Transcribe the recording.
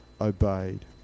obeyed